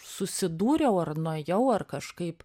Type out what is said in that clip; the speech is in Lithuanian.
susidūriau ar nuėjau ar kažkaip